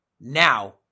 Now